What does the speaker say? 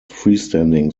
freestanding